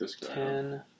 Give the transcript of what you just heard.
ten